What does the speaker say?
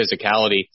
physicality